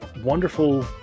wonderful